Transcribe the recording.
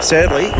Sadly